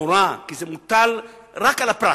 כי זה מוטל רק על הפרט.